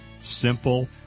simple